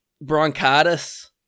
bronchitis